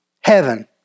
heaven